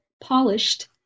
polished